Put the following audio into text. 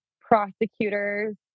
prosecutors